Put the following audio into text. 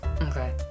Okay